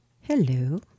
Hello